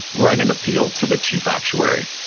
write an appeal to the chief actuary.